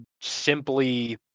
simply